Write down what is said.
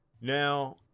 Now